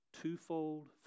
twofold